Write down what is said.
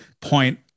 point